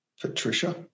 Patricia